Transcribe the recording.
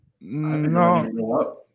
No